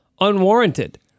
unwarranted